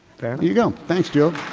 you go. thanks jill.